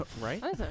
Right